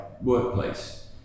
workplace